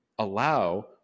allow